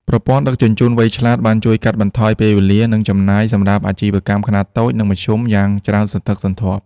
ប្រព័ន្ធដឹកជញ្ជូនវៃឆ្លាតបានជួយកាត់បន្ថយពេលវេលា និងចំណាយសម្រាប់អាជីវកម្មខ្នាតតូច និងមធ្យមយ៉ាងច្រើនសន្ធឹកសន្ធាប់។